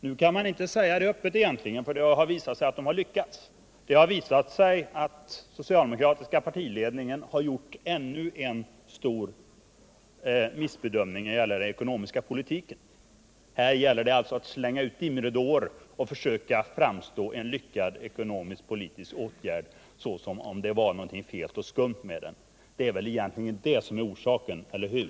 Nu kan man inte säga det öppet, för devalveringen har lyckats. Det har visat sig att den socialdemokratiska partiledningen har gjort ännu en stor missbedömning när det gäller den ekonomiska politiken. Här gäller det alltså att slänga ut dimridåer och försöka framställa en lyckad ekonomisk politisk åtgärd som om det vore någonting felaktigt och skumt med den. Det är väl det som är orsaken, eller hur?